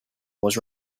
was